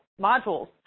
modules